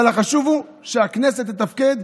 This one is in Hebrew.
אבל החשוב הוא שהכנסת תתפקד,